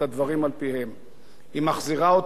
היא מחזירה אותנו לימים של הלאמה.